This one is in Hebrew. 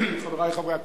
חברי חברי הכנסת,